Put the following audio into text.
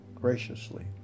graciously